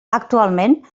actualment